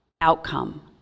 outcome